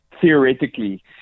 theoretically